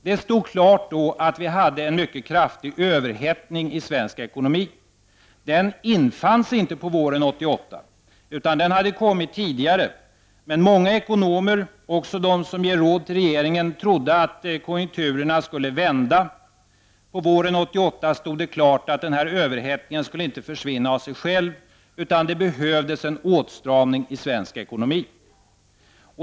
Det stod då klart att vi hade en mycket kraftig överhettning i svensk ekonomi. Den infann sig inte på våren 1988, utan den hade tillkommit tidigare. Men många ekonomer, även de som ger råd till regeringen, trodde att konjunkturerna skulle vända. På våren 1988 stod det klart att överhettningen inte skulle försvinna av sig själv, utan att det behövdes en åtstramning i svensk ekonomi.